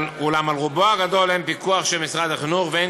ואולם על רובן הגדול אין פיקוח של משרד החינוך ואין